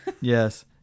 Yes